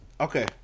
okay